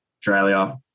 Australia